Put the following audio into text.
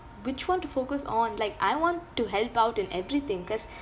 which [one] to focus on like I want to help out in everything cause